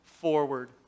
forward